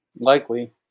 Likely